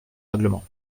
règlement